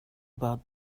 about